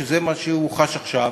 שזה מה שהוא חש עכשיו.